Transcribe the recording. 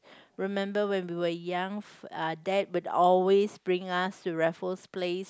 remember when we were young uh dad would always bring us to Raffles Place